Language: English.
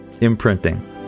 Imprinting